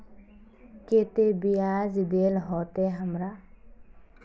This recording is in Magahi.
केते बियाज देल होते हमरा?